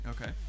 Okay